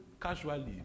casually